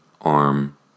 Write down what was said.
arm